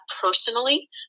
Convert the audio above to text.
personally